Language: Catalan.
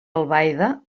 albaida